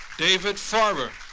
david farber.